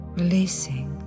releasing